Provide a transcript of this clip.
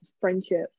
friendship